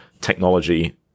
technology